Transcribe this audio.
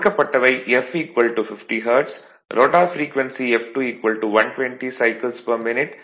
கொடுக்கப்பட்டவை f 50 hertz rotor frequency f2 120 cycles per minute